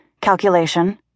calculation